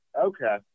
Okay